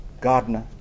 gardener